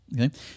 Okay